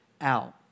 out